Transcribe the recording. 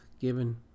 given